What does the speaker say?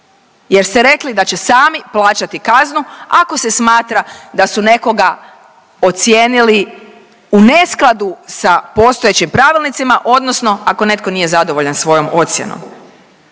jer ste rekli da će sami plaćati kaznu ako se smatra da su nekoga ocijenili u neskladu sa postojećim pravilnicima odnosno ako netko nije zadovoljan svojom ocjenom.